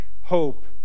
Hope